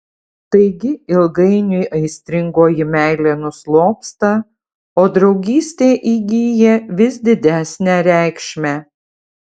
taigi ilgainiui aistringoji meilė nuslopsta o draugystė įgyja vis didesnę reikšmę